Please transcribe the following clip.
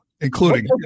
including